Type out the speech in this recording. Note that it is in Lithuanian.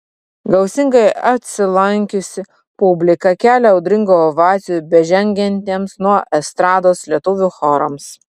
gausingai atsilankiusi publika kelia audringų ovacijų bežengiantiems nuo estrados lietuvių chorams